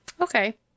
Okay